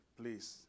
please